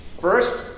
First